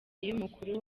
y’umukuru